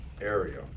area